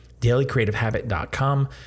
dailycreativehabit.com